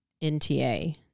NTA